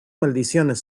maldiciones